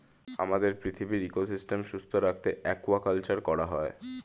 আমাদের পৃথিবীর ইকোসিস্টেম সুস্থ রাখতে অ্য়াকুয়াকালচার করা হয়